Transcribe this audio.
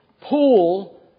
pool